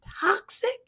toxic